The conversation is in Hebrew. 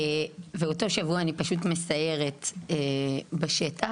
באותו שבוע אני פשוט מסיירת בשטח.